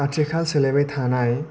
आथिखाल सोलायबाय थानाय